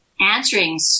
answering